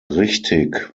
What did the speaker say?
richtig